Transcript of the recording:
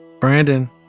brandon